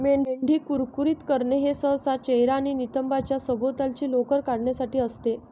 मेंढी कुरकुरीत करणे हे सहसा चेहरा आणि नितंबांच्या सभोवतालची लोकर काढण्यासाठी असते